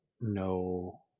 no